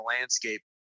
landscape